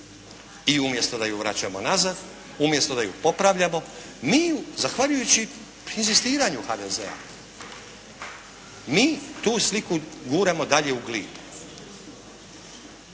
I umjesto da ju vraćamo nazad, umjesto da ju popravljamo mi ju zahvaljujući inzistiranju HDZ-a, mi tu sliku guramo dalje u glib.